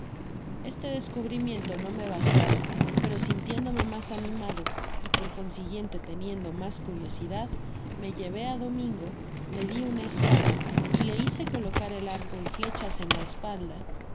este descubrimiento no me bastaba pero sintiéndome mas animado y por consiguiente teniendo mas curiosidad me llevó á domingo le di una espada y le hice colocar el arco y flechas en la espalda